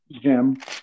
Jim